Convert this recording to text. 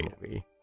movie